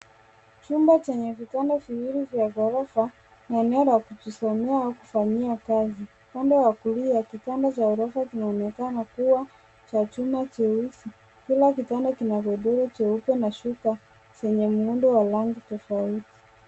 Chumba chenye vitanda viwili vya ghorofa . Ni eneo la kujisomea au kufanyia kazi . Upande wa kulia, kitanda cha ghorofa kinaonekana kuwa cha chuma cheusi . Kila kitanda kina godoro cheupe na shuka zenye muundo wa rangi tofauti.